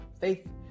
Faith